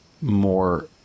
more